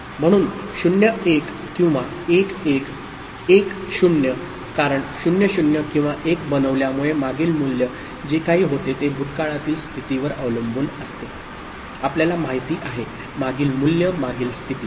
म्हणून 0 1 किंवा 1 1 1 0 कारण 0 0 किंवा 1 बनविल्यामुळे मागील मूल्य जे काही होते ते भूतकाळातील स्थितीवर अवलंबून असते आपल्याला माहिती आहे मागील मूल्य मागील स्थिती